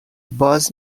باز